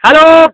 hello